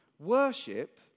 Worship